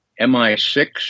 MI6